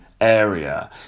area